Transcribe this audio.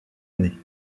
année